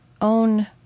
own